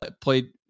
played